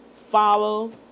follow